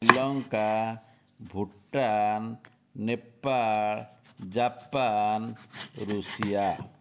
Sri Lanka Bhutan Nepal Japan Russia